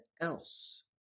else